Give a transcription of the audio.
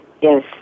yes